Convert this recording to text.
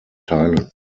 teilen